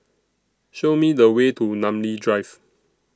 Show Me The Way to Namly Drive